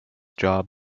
job